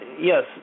yes